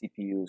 CPUs